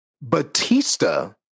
Batista